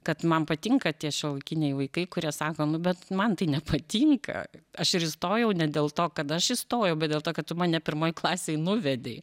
kad man patinka tie šiuolaikiniai vaikai kurie sako nu bet man tai nepatinka aš ir įstojau ne dėl to kad aš įstojau bet dėl to kad tu mane pirmoj klasėj nuvedei